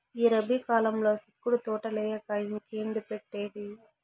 ఈ రబీ కాలంల సిక్కుడు తోటలేయక ఇంకేంది పెట్టేది